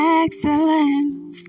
excellent